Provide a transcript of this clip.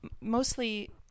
mostly